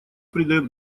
придает